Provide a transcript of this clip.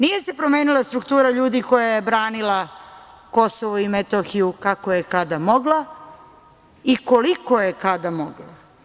Nije se promenila struktura ljudi koja je branila Kosovo i Metohiju kako je kada mogla i koliko je kada mogla.